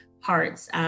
parts